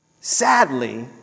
sadly